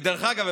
ודרך אגב,